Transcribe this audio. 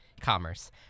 commerce